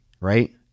right